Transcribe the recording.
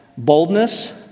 Boldness